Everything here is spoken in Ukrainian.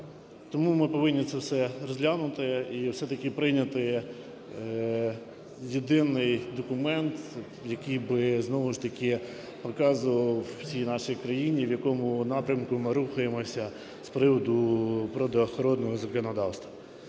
Тому ми повинні це все розглянути і все-таки прийняти єдиний документ, який би знову ж таки показував всій нашій країні, в якому напрямку ми рухаємося з приводу природоохоронного законодавства.